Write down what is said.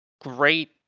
great